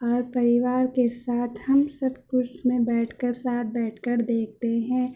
اور پریوار کے ساتھ ہم سب کچھ بیٹھ کر ساتھ بیٹھ کر دیکھتے ہیں